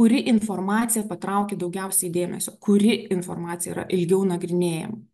kuri informacija patraukia daugiausiai dėmesio kuri informacija yra ilgiau nagrinėjama